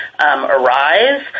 arise